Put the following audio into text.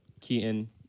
Keaton